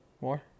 More